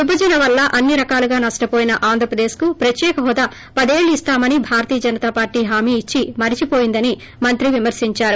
విభజన వల్ల అన్ని రకాలుగా నష్ట పోయిన ఆంధ్రప్రదేశ్ కు ప్రత్యేక హోదా పదేళ్ళు ఇస్తామని భారతీయ జనతా పార్టీ హామీ ఇచ్చి మరచిపోయిందని మంత్రి విమర్పించారు